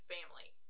Family